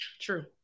True